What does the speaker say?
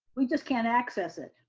we just can't access it.